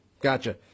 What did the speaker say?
Gotcha